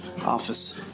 office